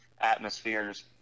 atmospheres